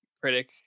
critic